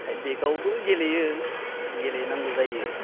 side बेकआवबो गेलेयो गेलेनांगौ जायो